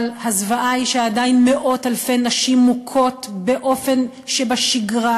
אבל הזוועה היא שעדיין מאות אלפי נשים מוכות באופן שבשגרה,